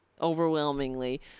overwhelmingly